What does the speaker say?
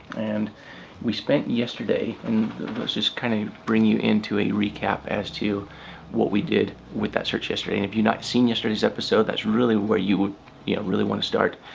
and we spent yesterday and let's just kind of bring you into a recap as to what we did with that search yesterday. and if you've not seen yesterday's episode, that's really where you would yeah really wanna start.